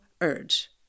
urge